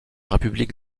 république